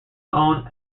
own